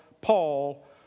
Paul